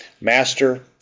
master